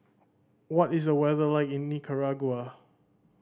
what is the weather like in Nicaragua